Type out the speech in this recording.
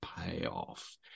payoff